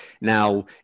now